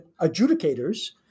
adjudicators